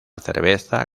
cerveza